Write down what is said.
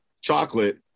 chocolate